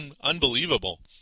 unbelievable